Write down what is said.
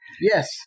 Yes